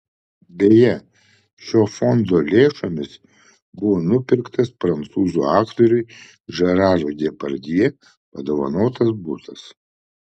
beje šio fondo lėšomis buvo nupirktas prancūzų aktoriui žerarui depardjė padovanotas butas